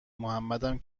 محمدم